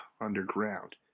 underground